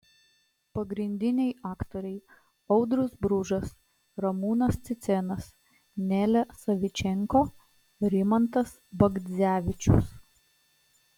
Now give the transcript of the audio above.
pagrindiniai aktoriai audrius bružas ramūnas cicėnas nelė savičenko rimantas bagdzevičius